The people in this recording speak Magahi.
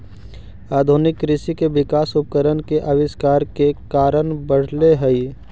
आधुनिक कृषि के विकास उपकरण के आविष्कार के कारण बढ़ले हई